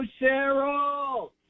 Cheryl